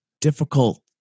difficult